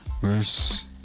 verse